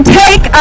take